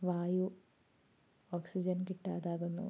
വായു ഓക്സിജൻ കിട്ടാതാകുന്നു